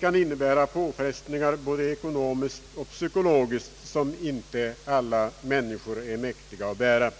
kan innebära påfrestningar både ekonomiskt och psykologiskt som inte alla människor är mäktiga att bära.